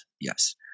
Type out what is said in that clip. Yes